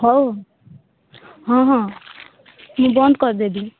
ହଉ ହଁ ହଁ ମୁଁ ବନ୍ଦ କରିଦେବି